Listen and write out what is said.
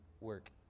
work